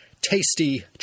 tasty